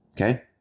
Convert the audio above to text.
Okay